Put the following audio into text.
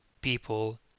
people